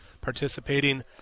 participating